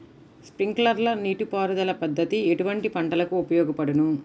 Sprinkler నీటిపారుదల పద్దతి ఎటువంటి పంటలకు ఉపయోగపడును?